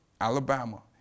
Alabama